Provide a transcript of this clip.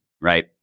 right